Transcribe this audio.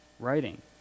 writing